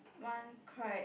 one cried